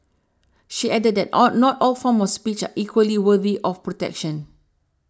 she added that all not all forms of speech equally worthy of protection